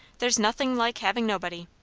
there's nothin' like having nobody.